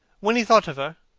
when he thought of her,